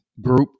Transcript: group